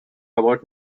about